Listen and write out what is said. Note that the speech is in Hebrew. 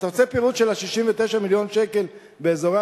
אתה רוצה פירוט של 69 מיליון השקלים באזורי